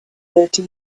thirty